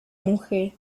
mujer